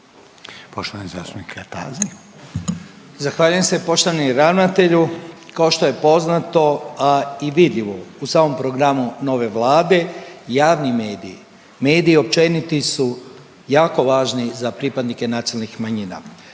(Nezavisni)** Zahvaljujem se. Poštovani ravnatelju, kao što je poznato, a i vidljivo u samom Programu nove Vlade, javni mediji, mediji općenito su jako važni za pripadnike nacionalnih manjina.